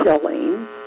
killing